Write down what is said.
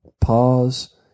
pause